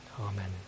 Amen